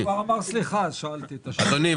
בדיוק